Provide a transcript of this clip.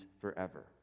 forever